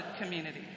community